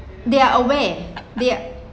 they are aware they